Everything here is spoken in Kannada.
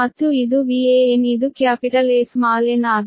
ಮತ್ತು ಇದು VAn ಇದು ಕ್ಯಾಪಿಟಲ್ A ಸ್ಮಾಲ್ n ಆಗಿದೆ